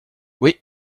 oui